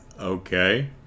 Okay